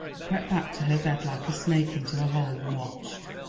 crept back to her bed like a snake into a hole and watched.